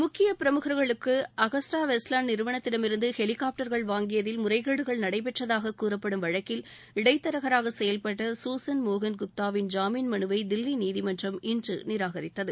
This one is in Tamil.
முக்கிய பிரமுகர்களுக்கு அகஸ்டாவெஸ்ட்லாண்ட் நிறுவனத்திடமிருந்து ஹெலிகாப்டர்கள் வாங்கியதில் முறைகேடுகள் நடைபெற்றதாக கூறப்படும் வழக்கில் இடைத்தரகராக செயல்பட்ட சூசன் மோகன் குப்தாவின் ஜாமீன் மனுவை தில்வி நீதிமன்றம் இன்று நிராகரித்தது